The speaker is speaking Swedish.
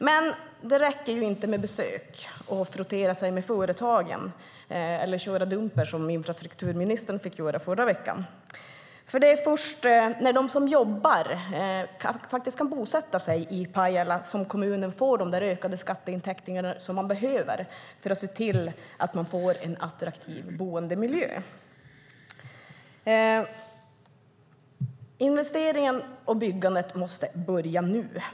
Men det räcker inte med besök och att frottera sig med företagen eller att köra dumper, som infrastrukturministern fick göra förra veckan, för det är först när de som jobbar faktiskt kan bosätta sig i Pajala som kommunen får de ökade skatteintäkter som man behöver för att se till att man får en attraktiv boendemiljö. Investeringarna och byggandet måste börja nu.